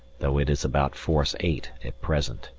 though it is about force eight at present.